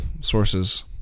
sources